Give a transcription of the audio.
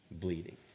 bleeding